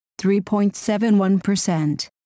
3.71%